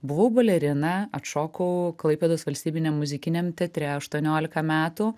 buvau balerina atšokau klaipėdos valstybiniam muzikiniam teatre aštuoniolika metų